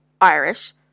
Irish